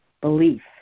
belief